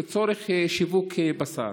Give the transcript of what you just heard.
לצורך שיווק בשר.